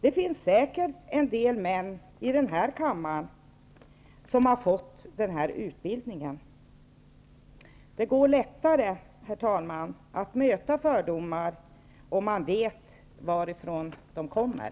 Det finns säkert en del män i denna kammare som har fått denna utbildning. Herr talman! Det går lättare att möta fördomar om man vet varifrån de kommer.